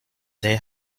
they